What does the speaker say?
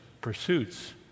pursuits